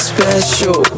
Special